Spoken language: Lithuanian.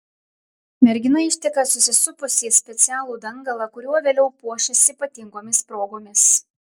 mergina išteka susisupusi į specialų dangalą kuriuo vėliau puošis ypatingomis progomis